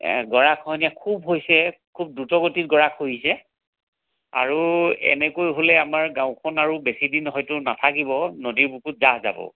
গৰাখহনীয়া খুব হৈছে খুব দ্ৰুত গতিত গৰা খহিছে আৰু এনেকৈ হ'লে আমাৰ গাঁওখন আৰু বেছি দিন হয়তো নাথাকিব নদীৰ বুকুত জাহ যাব